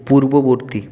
পূর্ববর্তী